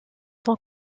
son